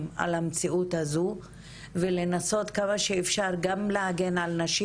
על המציאות הזאת ולנסות כמה שאפשר גם להגן על נשים